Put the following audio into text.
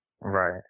Right